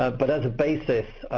ah but as a basis,